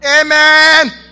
Amen